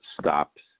stops